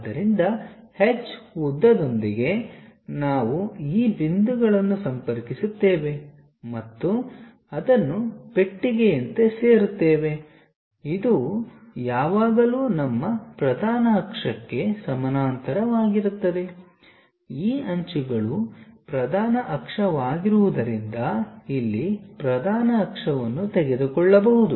ಆದ್ದರಿಂದ H ಉದ್ದದೊಂದಿಗೆ ನಾವು ಈ ಬಿಂದುಗಳನ್ನು ಸಂಪರ್ಕಿಸುತ್ತೇವೆ ಮತ್ತು ಅದನ್ನು ಪೆಟ್ಟಿಗೆಯಂತೆ ಸೇರುತ್ತೇವೆ ಇದು ಯಾವಾಗಲೂ ನಮ್ಮ ಪ್ರಧಾನ ಅಕ್ಷಕ್ಕೆ ಸಮಾನಾಂತರವಾಗಿರುತ್ತದೆ ಈ ಅಂಚುಗಳು ಪ್ರಧಾನ ಅಕ್ಷವಾಗಿರುವುದರಿಂದ ಇಲ್ಲಿ ಪ್ರಧಾನ ಅಕ್ಷವನ್ನು ತೆಗೆದುಕೊಳ್ಳಬಹುದು